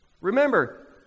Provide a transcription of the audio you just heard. Remember